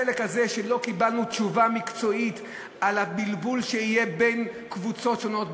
החלק הזה שלא קיבלנו תשובה מקצועית על הבלבול שיהיה בין קבוצות שונות,